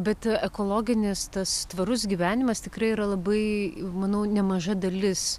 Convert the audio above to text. bet ekologinis tas tvarus gyvenimas tikrai yra labai manau nemaža dalis